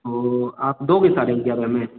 तो आप दोगे साढ़े एग्यारह में